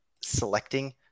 selecting